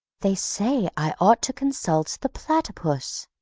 they say i ought to consult the platypus.